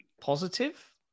positive